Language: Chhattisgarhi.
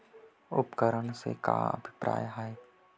उपकरण से का अभिप्राय हे?